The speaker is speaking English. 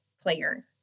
player